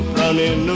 running